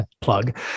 plug